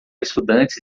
estudantes